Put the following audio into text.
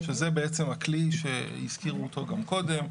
שזה הכלי שהזכירו אותו גם קודם,